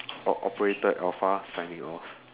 o~ operator alpha signing off